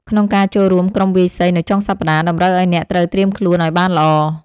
ក្នុងការចូលរួមក្រុមវាយសីនៅចុងសប្តាហ៍ តម្រូវឱ្យអ្នកត្រូវត្រៀមខ្លួនឱ្យបានល្អ។